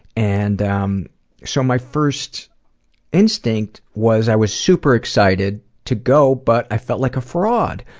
and um so, my first instinct was, i was super excited to go, but i felt like a fraud.